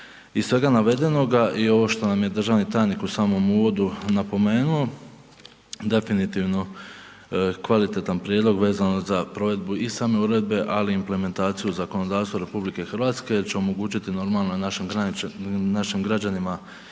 Iz svega navedenoga i ovo što nam je državni tajnik u samom uvodu napomenuo definitivno kvalitetan prijedlog vezan za provedbu i same uredbe ali i implementaciju zakonodavstva RH jer će omogućiti normalno i našim građanima određene